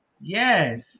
yes